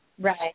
Right